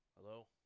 Hello